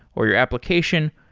or your application,